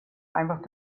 einfach